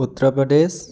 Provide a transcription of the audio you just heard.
Uttar Pradesh